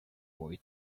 boy